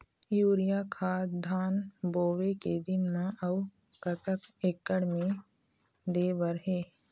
Urea खाद धान बोवे के दिन म अऊ कतक एकड़ मे दे बर हे?